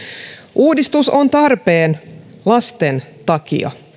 uudistus on tarpeen lasten takia